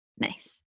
Nice